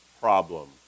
problem